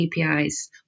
apis